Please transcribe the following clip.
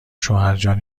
شوهرجان